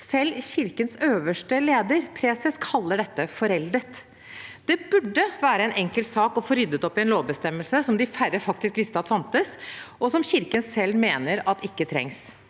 Selv kirkens øverste leder – preses – kaller dette foreldet. Det burde være en enkel sak å få ryddet opp i en lovbestemmelse som de færreste faktisk visste at fantes, og som kirken selv mener at ikke trengs.